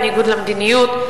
בניגוד למדיניות.